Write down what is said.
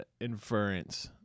inference